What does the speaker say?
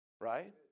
right